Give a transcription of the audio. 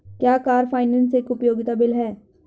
क्या car finance एक उपयोगिता बिल है?